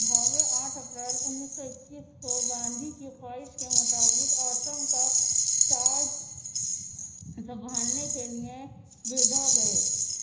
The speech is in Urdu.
بھاوے آٹھ اپریل انیس سو اکیس کو گاندھی کی خواہش کے مطابق آشرم کا چارج سنبھالنے کے لیے وردھا گئے